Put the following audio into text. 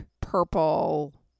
purple